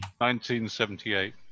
1978